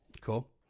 Cool